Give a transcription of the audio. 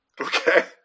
Okay